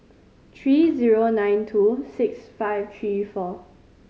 three zero nine two six five three four